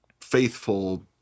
faithful